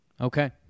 Okay